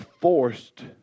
forced